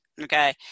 Okay